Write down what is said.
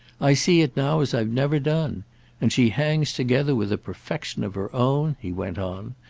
i see it now as i've never done and she hangs together with a perfection of her own, he went on,